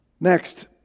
Next